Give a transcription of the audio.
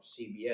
CBS